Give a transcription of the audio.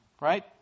right